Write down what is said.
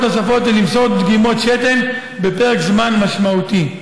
נוספות ולמסור דגימות שתן פרק זמן משמעותי.